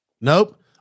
Nope